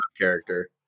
character